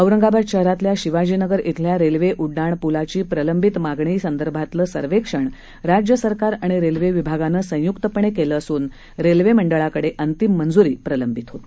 औरंगाबाद शहरातल्या शिवाजीनगर धिल्या रेल्वे उड्डान पुलाची प्रलंबित मागणी संदर्भातलं सर्वेक्षण राज्य सरकार आणि रेल्वे विभागानं संयुक्तपणे केलं असून रेल्वे मंडळाकडे अंतिम मंजुरी प्रलंबित होती